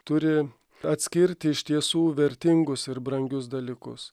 turi atskirti iš tiesų vertingus ir brangius dalykus